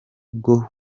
bwo